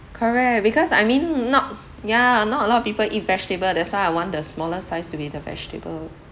correct because I mean not yeah not a lot of people eat vegetable that's why I want the smaller size to be the vegetable